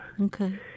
Okay